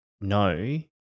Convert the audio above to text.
no